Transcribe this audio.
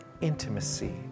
intimacy